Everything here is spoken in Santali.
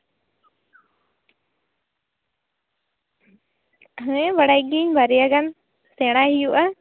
ᱦᱮᱸ ᱵᱟᱲᱟᱭ ᱜᱤᱭᱟᱹᱧ ᱵᱟᱨᱭᱟ ᱜᱟᱱ ᱥᱮᱬᱟᱭ ᱦᱩᱭᱩᱜᱼᱟ